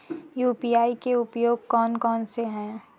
UPI के उपयोग कौन कौन से हैं?